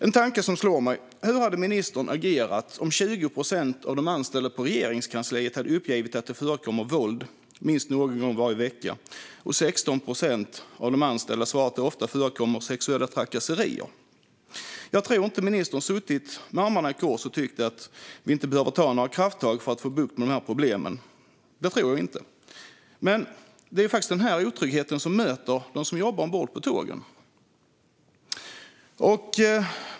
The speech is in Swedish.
En tanke slår mig: Hur hade ministern agerat om 20 procent av de anställda på Regeringskansliet hade uppgett att det förekommer våld minst någon gång varje vecka och 16 procent av de anställda hade svarat att det ofta förekommer sexuella trakasserier? Jag tror inte att ministern hade suttit med armarna i kors och tyckt att det är onödigt med krafttag för att få bukt med problemet. Men det är den otryggheten som de som jobbar ombord på tågen möter.